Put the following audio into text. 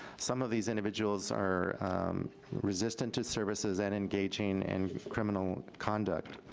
some of these individuals are resistant to services and engaging in criminal conduct.